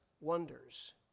wonders